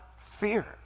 fear